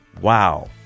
Wow